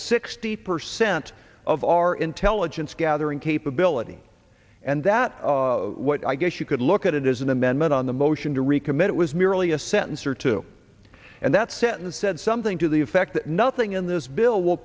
sixty percent of our intelligence gathering capability and that what i guess you could look at it is an amendment on the motion to recommit it was merely a sentence or two and that sentence said something to the effect that nothing in this bill will